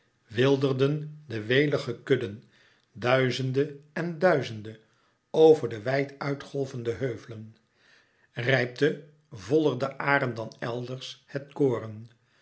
weelderden de welige kudden duizende en duizende over de wijd uit golvende heuvelen rijpte voller de aren dan elders het koren